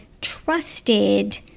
trusted